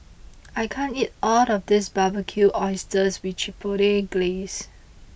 I can't eat all of this Barbecued Oysters with Chipotle Glaze